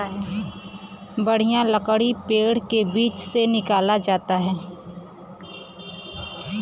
बढ़िया लकड़ी पेड़ के बीच से निकालल जाला